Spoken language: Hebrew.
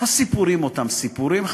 הסיפורים אותם סיפורים,